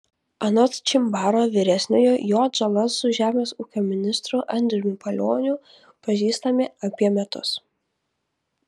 anot čimbaro vyresniojo jo atžala su žemės ūkio ministru andriumi palioniu pažįstami apie metus